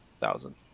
thousand